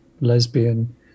Lesbian